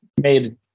made